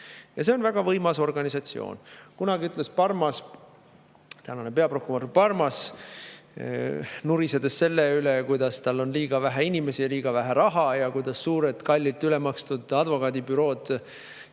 Ja see on väga võimas organisatsioon. Kunagi ütles tänane peaprokurör Parmas, nurisedes selle üle, kuidas tal on liiga vähe inimesi, liiga vähe raha ja kuidas suured kallid, ülemakstud advokaadibürood on